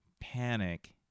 panic